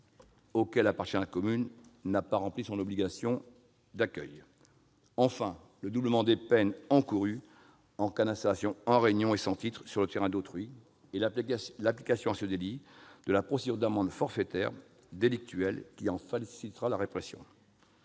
auquel la commune appartient n'a pas rempli l'ensemble de ses obligations. Je citerai enfin le doublement des peines encourues en cas d'installation en réunion et sans titre sur le terrain d'autrui et l'application à ce délit de la procédure d'amende forfaitaire délictuelle, qui en facilitera la répression.